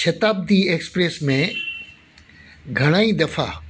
Shatabdi Express में घणा ई दफ़ा